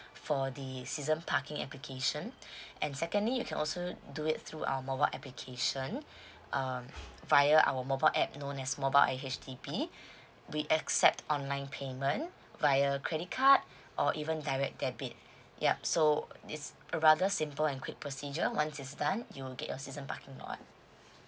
for the season parking application and secondly you can also do it through our mobile application um via our mobile app known as mobile a I H_D_B we accept online payment via credit card or even direct debit yup so it's a rather simple and quick procedure once it's done you will get your season parking lot